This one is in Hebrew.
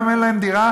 גם אם אין להם דירה,